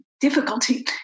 Difficulty